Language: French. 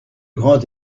grand